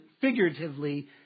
figuratively